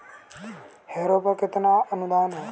Harrow पर कितना अनुदान है?